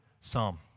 psalm